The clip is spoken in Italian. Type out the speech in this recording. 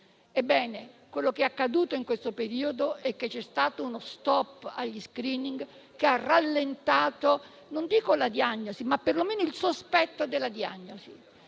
Ebbene, quello che è accaduto in questo periodo è che c'è stato uno *stop* agli *screening* che ha rallentato se non proprio la diagnosi, perlomeno il sospetto della diagnosi.